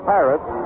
Pirates